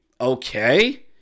Okay